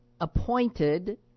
appointed